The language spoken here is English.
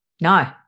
No